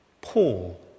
Paul